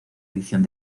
edición